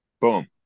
Boom